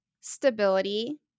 stability